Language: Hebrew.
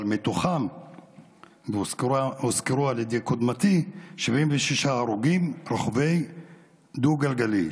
ומתוכם הוזכרו על ידי קודמתי 76 הרוגים רוכבי הדו-גלגלי,